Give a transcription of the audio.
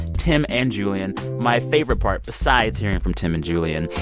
tim and julienne. my favorite part, besides hearing from tim and julienne,